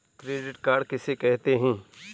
Credit card किसे कहते हैं?